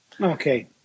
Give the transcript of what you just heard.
okay